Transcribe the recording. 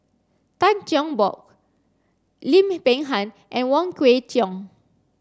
Tan Cheng Bock Lim Peng Han and Wong Kwei Cheong